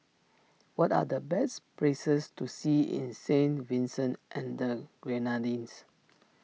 what are the best places to see in Saint Vincent and the Grenadines